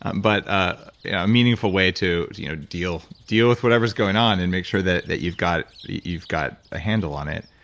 but a meaningful way to you know deal deal with whatever's going on and make sure that that you've got you've got a handle on it.